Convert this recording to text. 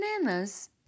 bananas-